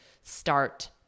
start